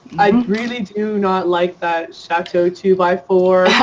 i really do not like that chateau two by four.